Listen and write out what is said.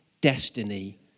destiny